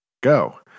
go